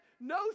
no